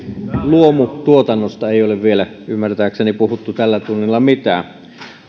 luomutuotannosta ei ole vielä ymmärtääkseni puhuttu tällä tunnilla mitään